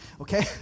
Okay